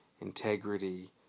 integrity